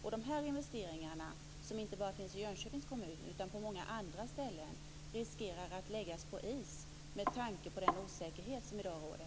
Sådana här investeringar, som görs inte bara i Jönköpings kommun utan också på många andra ställen, riskerar att läggas på is med tanke på den osäkerhet som i dag råder.